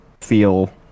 feel